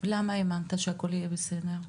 למה האמנת שהכל יהיה בסדר?